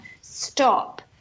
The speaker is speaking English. stop